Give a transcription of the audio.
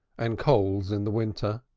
and coals in the winter,